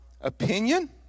opinion